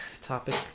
topic